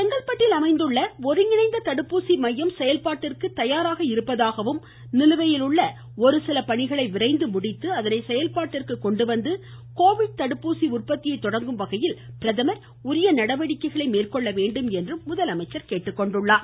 செங்கல்பட்டில் அமைந்துள்ள ஒருங்கிணைந்த தடுப்பூசி மையம் செயல்பாட்டிற்கு தயாராக இருப்பதாகவும் நிலுவையில் உள்ள ஒருசில பணிகளை விரைந்து முடித்து அதனை செயல்பாட்டிற்கு கொண்டு வந்து கோவிட் தடுப்பூசி உற்பத்தியை தொடங்கும் வகையில் பிரதமர் உரிய நடவடிக்கைகளை எடுக்க வேண்டும் என்றும் கூறினார்